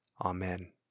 Amen